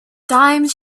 dimes